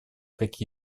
как